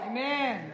Amen